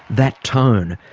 that tone,